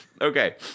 Okay